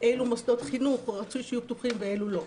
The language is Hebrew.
אילו מוסדות חינוך רצוי שיהיו פתוחים ואילו לא,